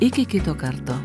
iki kito karto